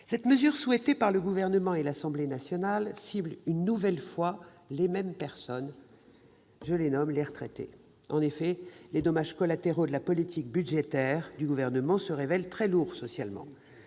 Cette mesure, souhaitée par le Gouvernement et par l'Assemblée nationale, cible une nouvelle fois les mêmes personnes : les retraités. Les dommages collatéraux de la politique budgétaire du Gouvernement se révèlent très lourds socialement.